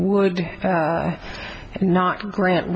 would not grant